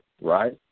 right